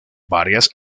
varias